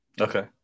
Okay